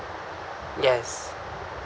yes